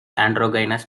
androgynous